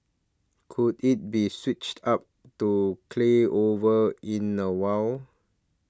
could it be switched up to clay over in a while